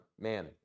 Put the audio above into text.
Man